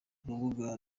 urubuga